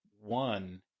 one